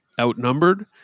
Outnumbered